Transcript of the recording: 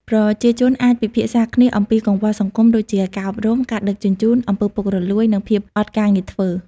ប្រជាជនអាចពិភាក្សាគ្នាអំពីកង្វល់សង្គមដូចជា ការអប់រំ ការដឹកជញ្ជូន អំពើពុករលួយ និងភាពអត់ការងារធ្វើ។